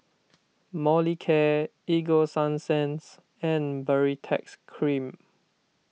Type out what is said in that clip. Molicare Ego Sunsense and Baritex Cream